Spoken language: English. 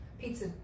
pizza